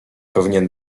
powinien